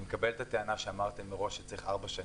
אני מקבל את הטענה שאמרתם מראש שאתם צריכים ארבע שנים,